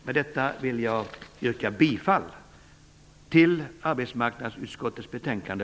Med det anförda vill jag yrka bifall till hemställan i arbetsmarknadsutskottets betänkande